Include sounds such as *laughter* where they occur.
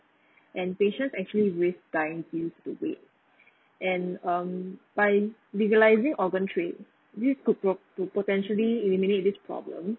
*breath* and patient actually waste time due to wait and um by legalising organ trade this could prob~ po~ potentially eliminate this problem